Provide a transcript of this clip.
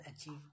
achieve